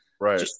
Right